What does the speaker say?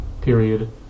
period